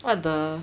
what the